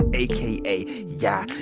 aka yeah